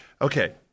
Okay